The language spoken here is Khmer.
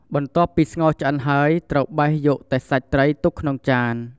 បន្ទាប់ពីស្ងោរឆ្អិនហើយ ត្រូវបេះយកតែសាច់ត្រីទុកក្នុងចាន។